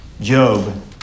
Job